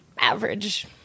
average